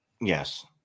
Yes